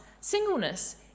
singleness